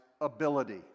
ability